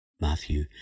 Matthew